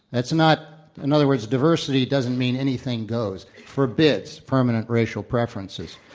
that's not in other words, diversity doesn't mean anything goes. forbids permanent racial preferences.